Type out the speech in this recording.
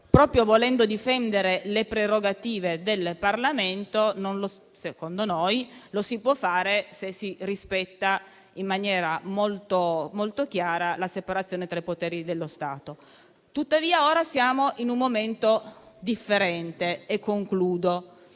Proprio volendo difendere le prerogative del Parlamento, secondo noi ciò si può fare se si rispetta in maniera molto chiara la separazione dei poteri dello Stato. Tuttavia ora siamo in un momento differente. Siamo